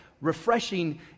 Refreshing